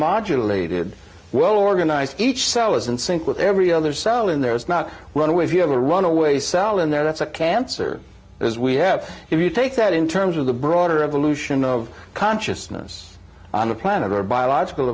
modulating well organized each cell is in sync with every other cell in there it's not run away if you have a runaway cell in there that's a cancer as we have if you take that in terms of the broader evolution of consciousness on the planet our biological